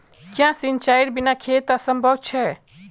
क्याँ सिंचाईर बिना खेत असंभव छै?